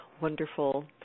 wonderful